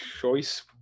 choice